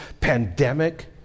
pandemic